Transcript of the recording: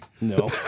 No